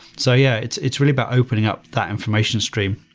so yeah, it's it's really about opening up that information stream.